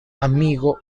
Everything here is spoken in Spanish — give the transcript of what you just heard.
amigo